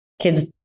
kids